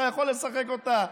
אתה יכול לשחק אותה,